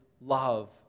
love